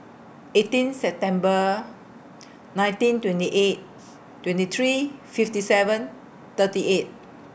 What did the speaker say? eighteen September nineteen twenty eight twenty three fifty seven thirty eight